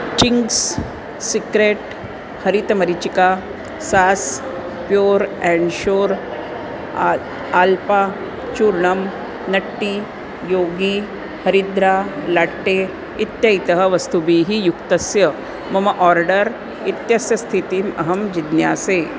Ching's Secret हरितमरिचिका sauce Pure and Sure आल् आल्पा चूर्णं नट्टी योगी हरिद्रा लट्टे इत्येतैः वस्तुभिः युक्तस्य मम आर्डर् इत्यस्य स्थितिम् अहं जिज्ञासे